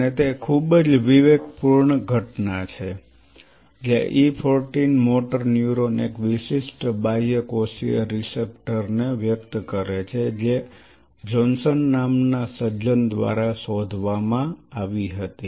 અને તે ખૂબ જ વિવેકપૂર્ણ ઘટના છે જે E 14 મોટર ન્યુરોન એક વિશિષ્ટ બાહ્યકોષીય રીસેપ્ટર ને વ્યક્ત કરે છે જે જોહ્ન્સન નામના સજ્જન દ્વારા શોધવામાં આવી હતી